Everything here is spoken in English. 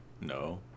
no